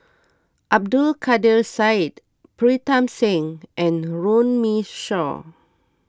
Abdul Kadir Syed Pritam Singh and Runme Shaw